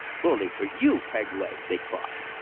bully for you, peg-leg! they cried.